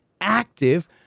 active